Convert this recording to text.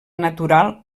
natural